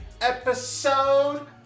episode